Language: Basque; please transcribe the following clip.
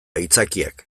aitzakiak